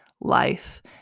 Life